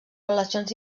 relacions